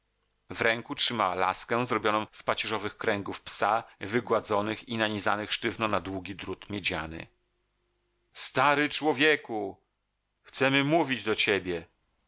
w ręku trzymała laskę zrobioną z pacierzowych kręgów psa wygładzonych i nanizanych sztywno na długi drut miedziany stary człowieku chcemy mówić do ciebie